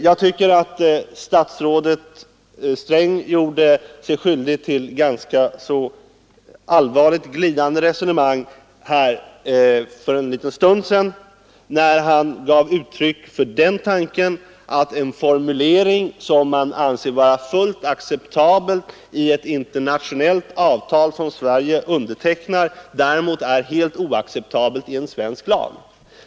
Jag tycker att statsrådet Sträng gjorde sig skyldig till en ganska allvarlig glidning i resonemanget här för en liten stund sedan, när han gav uttryck för tanken att en formulering, som man anser vara fullt acceptabel i ett internationellt avtal som Sverige undertecknar, däremot är helt oacceptabel i en svensk lag.